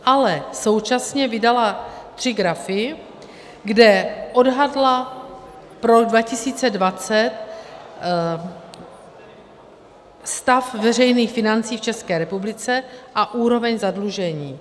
Ale současně vydala tři grafy, kde odhadla pro rok 2020 stav veřejných financí v České republice a úroveň zadlužení.